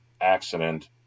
accident